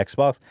Xbox